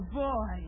boy